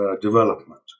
development